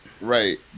right